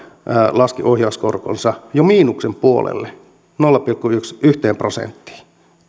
laski ohjauskorkonsa jo miinuksen puolelle miinus nolla pilkku yhteen prosenttiin